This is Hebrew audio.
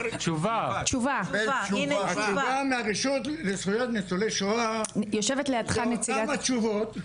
תשובה מהרשות לזכויות ניצולי שואה, מה התשובות?